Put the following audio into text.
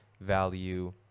value